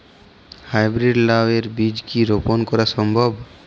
High breed লাও এর বীজ কি রোপন করা সম্ভব?